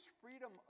freedom